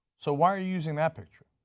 so why are you using that picture?